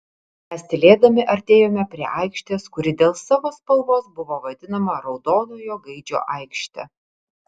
mes tylėdami artėjome prie aikštės kuri dėl savo spalvos buvo vadinama raudonojo gaidžio aikšte